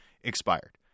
expired